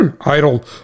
Idle